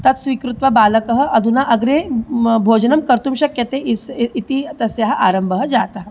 तत् स्वीकृत्य बालकः अधुना अग्रे भोजनं कर्तुं शक्यते इस् इति तस्याः आरम्भः जातः